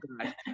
God